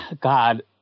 God